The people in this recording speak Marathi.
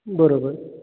बरोबर